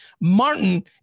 Martin